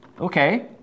Okay